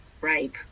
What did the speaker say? rape